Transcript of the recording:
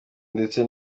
ndetse